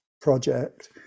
project